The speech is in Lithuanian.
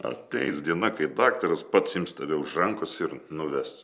ateis diena kai daktaras pats ims tave už rankos ir nuves